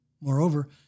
Moreover